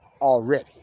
already